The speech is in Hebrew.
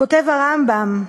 כותב הרמב"ם: